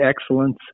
excellence